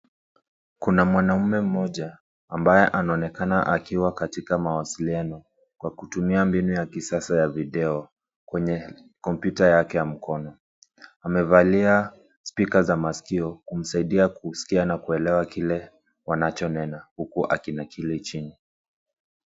Kuna mwanaume mmoja ambaye anaonekana akiwa katika mawasiliano kwa kutumia mbinu ya kisasa ya video kwenye kompyuta yake ya mkono. Amevalia spika za masikio kumsaidia kusikia na kuelewa kile wanachonena huku akinakiri chini.